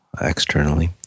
externally